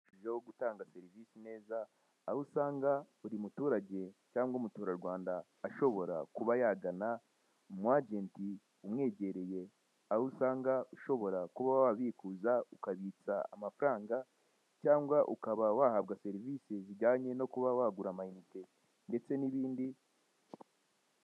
Umwuga wo gutanga serivisi neza, aho usanga buri muturage cyangwa umuturarwanda ashobora kuba yagana umwajeti umwegereye. aho usanga ushobora kuba wababikuza, ukabitsa amafaranga cyangwa ukaba wahabwa serivisi zijyanye no kuba wagura amainnite ndetse n'ibindi.